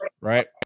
Right